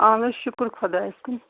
اَہَن حظ شُکُر خۄدایَس کُن